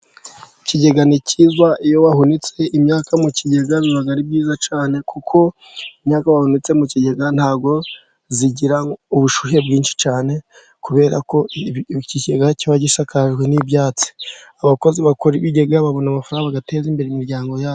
Ikigega ni cyiza, iyo wahunitse imyaka mu kigega biba ari byiza cyane, kuko imyaka wahunitse mu kigega ntabwo igira ubushyuhe bwinshi cyane, kubera ko ikigega kiba gisakajwe n'ibyatsi, abakozi bakora ibigega babona amafaranga, bagateza imbere imiryango yabo.